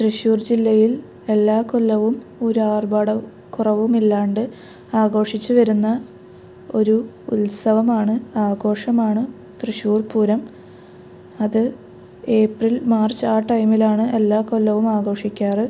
തൃശൂർ ജില്ലയിൽ എല്ലാ കൊല്ലവും ഒര് ആർഭാട കുറവും ഇല്ലാണ്ട് ആഘോഷിച്ച് വരുന്ന ഒര് ഉത്സവമാണ് ആഘോഷമാണ് തൃശ്ശൂർ പൂരം അത് ഏപ്രിൽ മാർച്ച് ആ ടൈമിലാണ് എല്ലാ കൊല്ലവും ആഘോഷിക്കാറ്